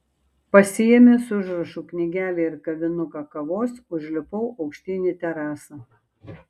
pasiėmęs užrašų knygelę ir kavinuką kavos užlipau aukštyn į terasą